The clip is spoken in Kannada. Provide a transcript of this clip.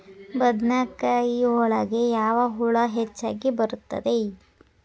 ಬದನೆಕಾಯಿ ಒಳಗೆ ಯಾವ ಹುಳ ಹೆಚ್ಚಾಗಿ ಬರುತ್ತದೆ?